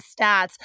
stats